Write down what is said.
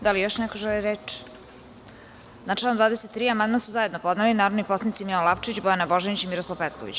Da li još neko želi reč? (Ne.) Na član 23. amandman su zajedno podneli narodni poslanici Milan Lapčević, Bojana Božanić i Miroslav Petković.